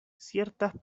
ciertas